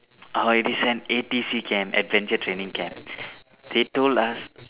already send A_T_C camp adventure training camp they told us